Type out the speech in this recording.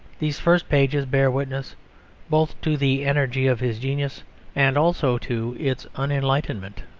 these first pages bear witness both to the energy of his genius and also to its unenlightenment